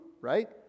right